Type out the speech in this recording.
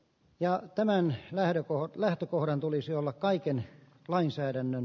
ja tämä nhlään joko lähtökohdan tulisi olla kaiken lainsäädännön